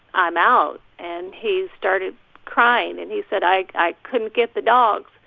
i'm out. and he started crying, and he said, i couldn't get the dogs